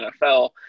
NFL